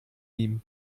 ihm